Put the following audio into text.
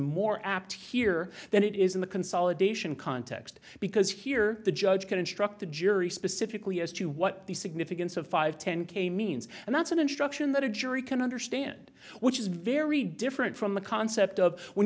more apt here than it is in the consolidation context because here the judge could instruct the jury specifically as to what the significance of five ten k means and that's an instruction that a jury can understand which is very different from the concept of when